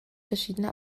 verschiedene